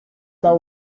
that